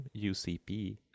UCP